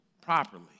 properly